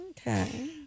Okay